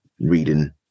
reading